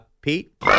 Pete? (